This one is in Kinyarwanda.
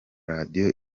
radiyo